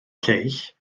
lleill